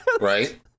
Right